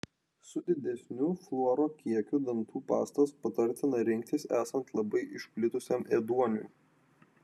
su didesniu fluoro kiekiu dantų pastas patartina rinktis esant labai išplitusiam ėduoniui